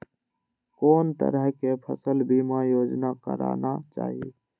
कोन तरह के फसल बीमा योजना कराना चाही?